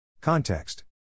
Context